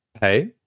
hey